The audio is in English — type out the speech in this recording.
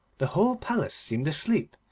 the whole palace seemed asleep,